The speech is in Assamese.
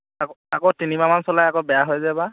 আকৌ আকৌ তিনিমাহমান চলাই বেয়া হৈ যায় বা